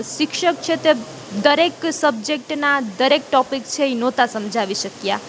શિક્ષક છે તે દરેક સબ્જેક્ટનાં દરેક ટોપિક છે એ નહોતાં સમજાવી શક્યા